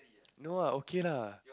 no ah okay lah